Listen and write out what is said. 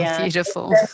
Beautiful